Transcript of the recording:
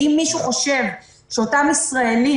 ואם מישהו חושב שאותם ישראלים,